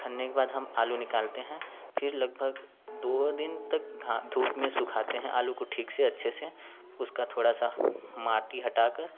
खनने के बाद हम आलू निकालते हैं फिर लगभग दो दिन तक धा धूप में सूखते हैं आलू को ठीक से अच्छे से उसका थोड़ा सा माटी हटाकर